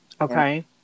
okay